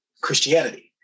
christianity